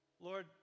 Lord